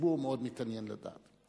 הציבור מאוד מתעניין לדעת.